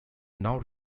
now